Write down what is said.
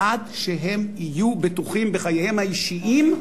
עד שהם יהיו בטוחים בחייהם האישיים,